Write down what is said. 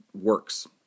works